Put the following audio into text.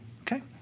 Okay